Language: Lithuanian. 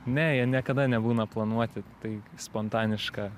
ne jie niekada nebūna planuoti tai spontaniška